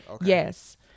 Yes